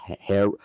hair